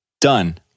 Done